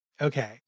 Okay